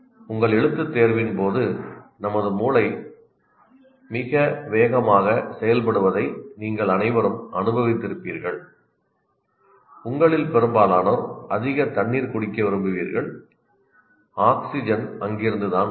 உங்கள் எழுத்துத் தேர்வின் போது நமது மூளை மிக வேகமாக செயல்படுவதை நீங்கள் அனைவரும் அனுபவித்திருப்பீர்கள் உங்களில் பெரும்பாலோர் அதிக தண்ணீர் குடிக்க விரும்புவீர்கள் ஆக்ஸிஜன் அங்கிருந்து தான் வருகிறது